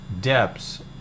depths